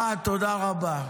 תודה רבה.